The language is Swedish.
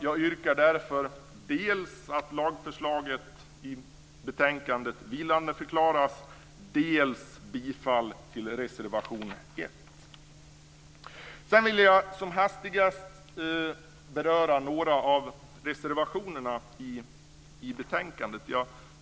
Jag yrkar dels att lagförslaget i betänkandet vilandeförklaras, dels bifall till reservation 1. Sedan vill jag som hastigast beröra några av reservationerna i betänkandet.